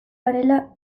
garela